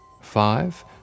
five